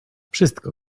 wszystko